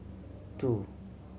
two